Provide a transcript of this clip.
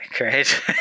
right